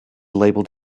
labeled